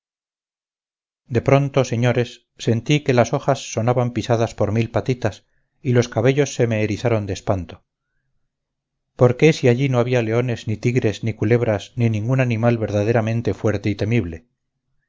de pronto señores sentí que las hojas sonaban pisadas por mil patitas y los cabellos se me erizaron de espanto por qué si allí no había leones ni tigres ni culebras ni ningún animal verdaderamente fuerte y temible